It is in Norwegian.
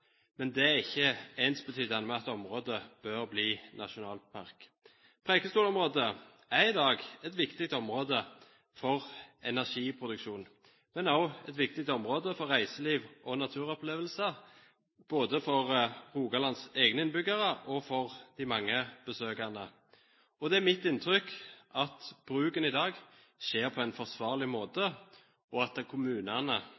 men det er ikke ensbetydende med at området bør bli nasjonalpark. Preikestolen-området er i dag et viktig område for energiproduksjon, men også et viktig område for reiseliv og naturopplevelser både for Rogalands egne innbyggere og for de mange besøkende. Det er mitt inntrykk at bruken i dag skjer på en forsvarlig